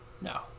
no